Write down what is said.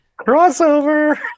Crossover